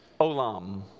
Olam